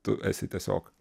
tu esi tiesiog